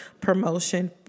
promotion